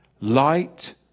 light